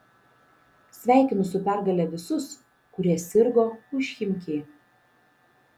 sveikinu su pergale visus kurie sirgo už chimki